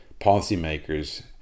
policymakers